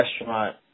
restaurant